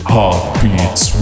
Heartbeats